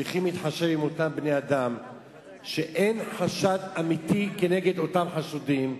צריכים להתחשב באותם בני-אדם כשאין חשד אמיתי כנגד אותם חשודים.